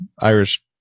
irish